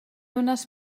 unes